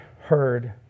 heard